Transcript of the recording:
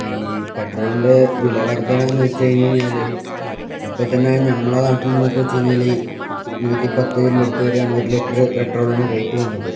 ഈ പെട്രോളിൻ്റെ വില വര്ദ്ധന എന്ന് വച്ചു കഴിഞ്ഞാൽ ഇപ്പം തന്നെ നമ്മളെ നാട്ടിൽ നിന്നൊക്കെ വച്ചു കഴിഞ്ഞാൽ ഈ നൂറ്റിപ്പത്തിൻ്റെ അടുത്ത് വരെയാണ് ഒരു ലിറ്ററ് പെട്രോളിന് റേറ്റ് വന്നത്